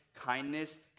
kindness